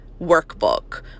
workbook